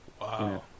Wow